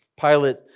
Pilate